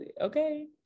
Okay